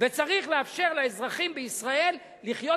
וצריך לאפשר לאזרחים בישראל לחיות